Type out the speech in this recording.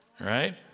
Right